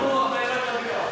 אנחנו אחראים רק לגירעון.